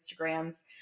Instagrams